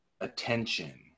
attention